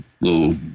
little